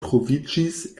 troviĝis